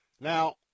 Now